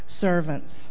servants